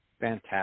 Fantastic